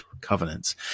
covenants